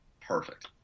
Perfect